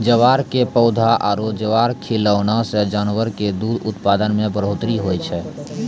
ज्वार के पौधा आरो ज्वार खिलैला सॅ जानवर के दूध उत्पादन मॅ बढ़ोतरी होय छै